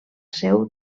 seu